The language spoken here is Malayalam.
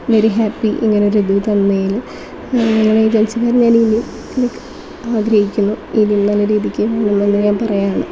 വെരി ഹാപ്പി ഇങ്ങനെ ഒരിത് തന്നതിൽ നിങ്ങളുടെ ഏജൻസി തന്നതിന് ഇനി ലൈക്ക് ആഗ്രഹിക്കുന്നു ഇതിൽ നല്ല രീതിക്ക് വേണമെന്ന് ഞാൻ പറയുകയാണ്